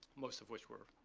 most of which were